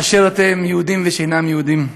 באשר אתם, יהודים ושאינם יהודים,